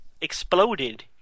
exploded